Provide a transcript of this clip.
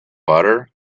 butter